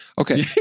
okay